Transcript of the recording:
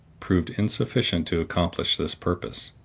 proved insufficient to accomplish this purpose.